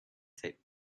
taped